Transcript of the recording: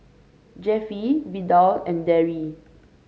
Jeffie Vidal and Darry